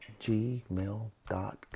gmail.com